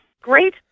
Great